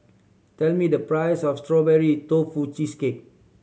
tell me the price of Strawberry Tofu Cheesecake